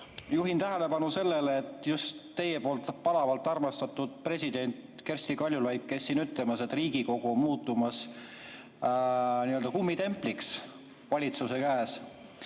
Juhin tähelepanu sellele, et teie palavalt armastatud president Kersti Kaljulaid käis siin just ütlemas, et Riigikogu on muutumas kummitempliks valitsuse käes.